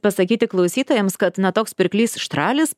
pasakyti klausytojams kad toks pirklys štralis